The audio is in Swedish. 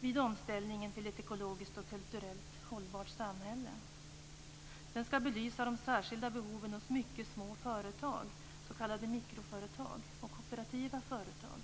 vid omställningen till ett ekologiskt och kulturellt hållbart samhälle. Den skall belysa de särskilda behoven hos mycket små företag, s.k. mikroföretag, och kooperativa företag.